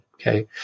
Okay